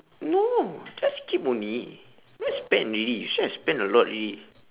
no just keep only don't need spend already you see I spend a lot already